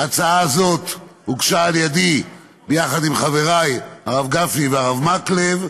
ההצעה הזאת הוגשה על ידי ביחד עם חבריי הרב גפני והרב מקלב.